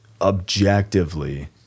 objectively